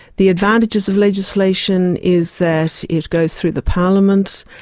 the advantages of legislation is that it goes through the parliament.